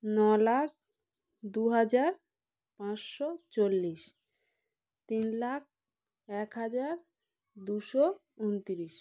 ন লাখ দুহাজার পাঁচশো চল্লিশ তিন লাখ এক হাজার দুশো উনতিরিশ